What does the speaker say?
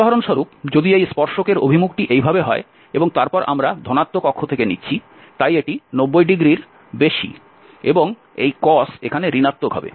উদাহরণস্বরূপ যদি এই স্পর্শকের অভিমুখটি এইভাবে হয় এবং তারপর আমরা ধনাত্মক অক্ষ থেকে নিচ্ছি তাই এটি 90 ডিগ্রির বেশি এবং এই cos এখানে ঋণাত্মক হবে